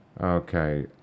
Okay